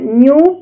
new